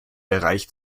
bereich